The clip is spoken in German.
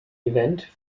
event